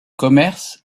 commerce